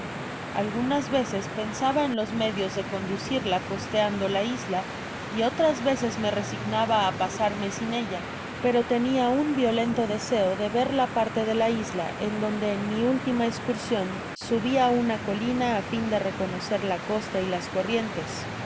algunas veces pensaba en los medias de conducirla costeando la isla y otras veces me resignaba á pasarme sin ella pero teaia un violento deseo de ver la parte de la isla en donde en mi última escursion subi a una colina á fin de reconocer la costa y las corrientes